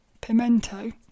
Pimento